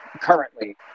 currently